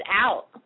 out